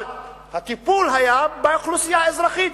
אבל הטיפול היה באוכלוסייה האזרחית,